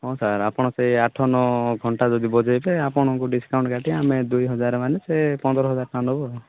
ହଁ ସାର୍ ଆପଣ ସେ ଆଠ ନଅ ଘଣ୍ଟା ଯଦି ବଜାଇବେ ଆପଣଙ୍କୁ ଡିସକାଉଣ୍ଟ୍ କାଟି ଆମେ ଦୁଇ ହଜାର ମାନେ ସେ ପନ୍ଦର ହଜାର ଟଙ୍କା ନେବୁ ଆଉ